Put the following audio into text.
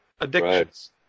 addictions